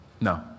No